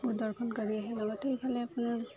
বহুত দৰ্শনকাৰী আহে লগতে এইফালে আপোনাৰ